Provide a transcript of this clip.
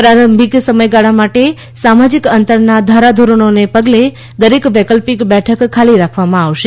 પ્રારંભિક સમયગાળા માટે સામાજિક અંતરના ધારાધોરણોને પગલે દરેક વૈકલ્પિક બેઠક ખાલી રાખવામાં આવશે